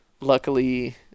luckily –